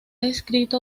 escrito